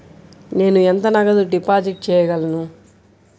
నేను ఎంత నగదు డిపాజిట్ చేయగలను?